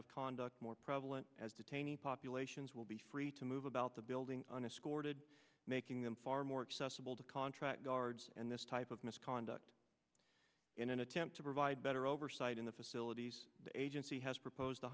of conduct more prevalent as detainees populations will be free to move about the building an escorted making them far more accessible to contract guards and this type of misconduct in an attempt to provide better oversight in the facilities the agency has proposed the